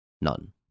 None